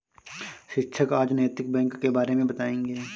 शिक्षक आज नैतिक बैंक के बारे मे बताएँगे